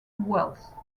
wealth